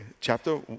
Chapter